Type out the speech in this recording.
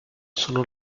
sono